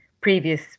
previous